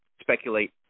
speculate